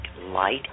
light